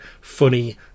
funny